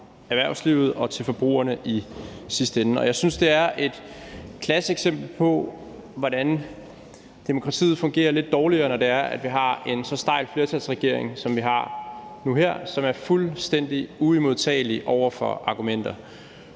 erhvervslivet og til forbrugerne i sidste ende. Jeg synes, det er et klasseeksempel på, hvordan demokratiet fungerer lidt dårligere, når vi har en så stejl flertalsregering, som vi har nu her, og som er fuldstændig uimodtagelig over for argumenter.